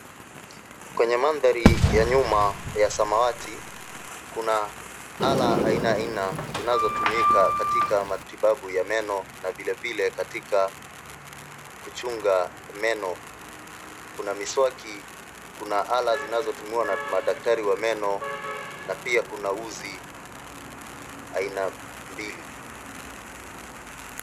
Kwenye mandhari ya nyuma ya samawati kuna ala aina aina zinatumika katika matibabu ya meno na vile vile katika kuchunga meno. Kuna miswaki, kuna ala zinazotumiwa na madaktari wa meno na pia kuna uzi aina mbili.